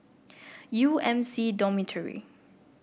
U M C Dormitory